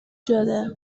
شده